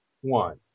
one